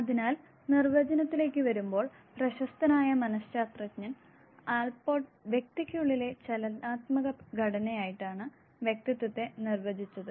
അതിനാൽ നിർവചനത്തിലേക്ക് വരുമ്പോൾ പ്രശസ്തനായ മനശാസ്ത്രജ്ഞൻ ആൾപോർട്ട് വ്യക്തിക്കുള്ളിലെ ചലനാത്മക ഘടനയായിട്ടാണ് വ്യക്തിത്വത്തെ നിർവചിച്ചത്